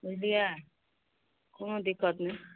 बुझलियै कोनो दिक्कत नहि